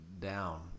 down